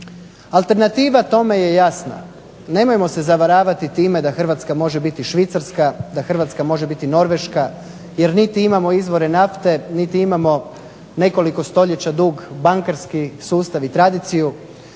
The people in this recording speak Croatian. Alternativa tome je jasna, nemojmo se zavaravati time da Hrvatska može biti Švicarska, da može biti Norveška, jer niti imamo izvore nafte, niti imamo nekoliko stoljeća dug bankarski sustav i tradiciju,